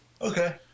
okay